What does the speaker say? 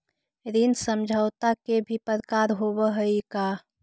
ऋण समझौता के भी प्रकार होवऽ हइ का?